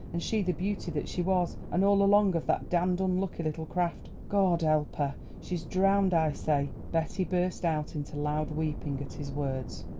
and she the beauty that she was and all along of that damned unlucky little craft. goad help her! she's drowned, i say betty burst out into loud weeping at his words.